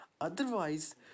Otherwise